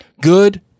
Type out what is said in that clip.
good